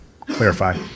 clarify